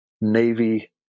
Navy